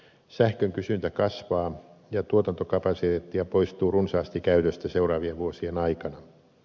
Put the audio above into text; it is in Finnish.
sähkön kysyntä kasvaa ja tuotantokapasiteettia poistuu runsaasti käytöstä seuraavien vuosien aikana